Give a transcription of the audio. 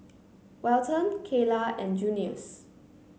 Welton Keyla and Junius